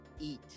eat